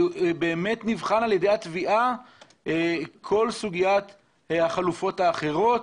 באמת נבחנת על ידי התביעה כל סוגיית החלופות האחרות,